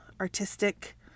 artistic